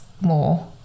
more